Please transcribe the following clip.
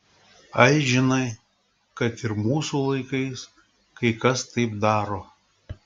ai žinai kad ir mūsų laikais kai kas taip daro